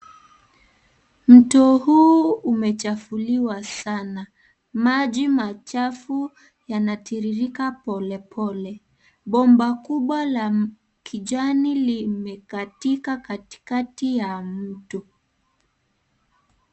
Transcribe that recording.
Mto huu umechafuliwa sana ,maji machafu yanatiririka polepole ,bomba kubwa la kijani limekatika katikati ya mto.